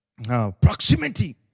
proximity